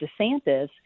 DeSantis